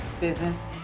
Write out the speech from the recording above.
business